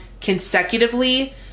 consecutively